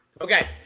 Okay